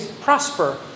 prosper